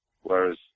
Whereas